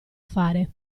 fare